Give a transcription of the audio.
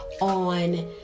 on